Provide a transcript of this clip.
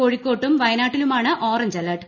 കോഴിക്കോട്ടും വയനാട്ടിലുമാണ് orange alert